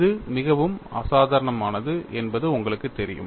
இது மிகவும் அசாதாரணமானது என்பது உங்களுக்குத் தெரியும்